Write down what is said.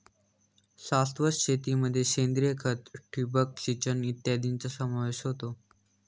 शाश्वत शेतीमध्ये सेंद्रिय खत, ठिबक सिंचन इत्यादींचा समावेश होतो